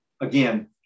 again